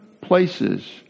places